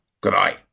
Goodbye